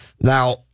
now